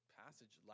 passage